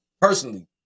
personally